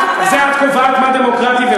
החוק הוא לא דמוקרטי.